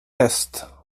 häst